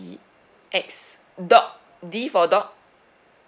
X dog D for dog